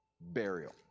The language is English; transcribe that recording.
burial